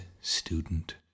student